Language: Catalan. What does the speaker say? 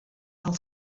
del